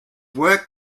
work